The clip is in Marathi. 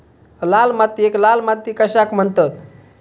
लाल मातीयेक लाल माती कशाक म्हणतत?